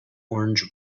orange